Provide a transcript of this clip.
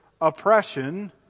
oppression